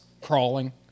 Crawling